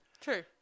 True